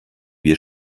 wir